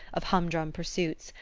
of humdrum pursuits,